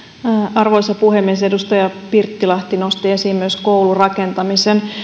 arvoisa puhemies edustaja pirttilahti nosti esiin myös koulurakentamisen